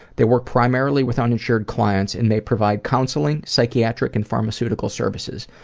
they work primarily with uninsured clients and they provide counseling, psychiatric, and pharmaceutical services.